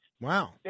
Wow